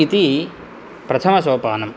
इति प्रथमसोपानम्